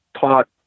taught